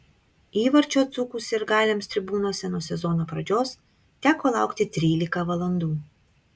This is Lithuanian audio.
įvarčio dzūkų sirgaliams tribūnose nuo sezono pradžios teko laukti trylika valandų